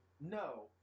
No